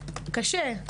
קשה.